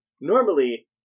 Normally